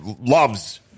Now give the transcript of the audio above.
loves